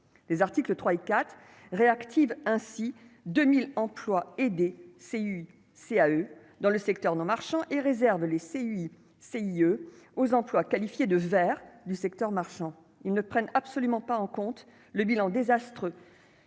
les articles 3 et 4 réactive ainsi 2000 emplois aidés, c'est une c'est à eux dans le secteur non marchand et réserve les CES, CIE aux emplois qualifiés de verts du secteur marchand, ils ne prennent absolument pas en compte le bilan désastreux.